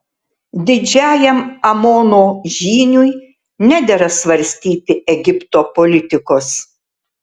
didžiajam amono žyniui nedera svarstyti egipto politikos